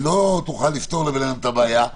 היא לא תוכל לפתור להם את הבעיה,